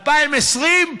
2020,